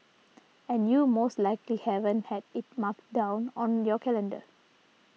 and you most likely haven't had it marked down on your calendar